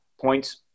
points